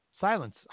silence